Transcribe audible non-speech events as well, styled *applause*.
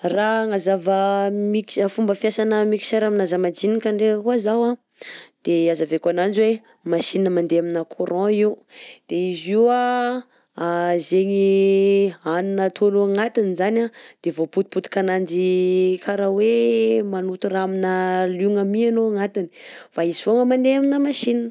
Raha agnazava mixe- fomba fiasana mixeur amina zamadinika ndreka koà zaho a de azaveko ananjy hoe machine mandeha amina courant io, de izy io an *hesitation* zegny hanina ataonao agnatiny zany de vaopotipotikananjy kara hoe manoto raha amina liogna mi anao agnatiny fa izy fogna mandeha amina machine.